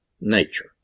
nature